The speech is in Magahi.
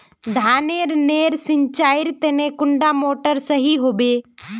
धानेर नेर सिंचाईर तने कुंडा मोटर सही होबे?